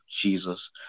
Jesus